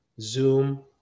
Zoom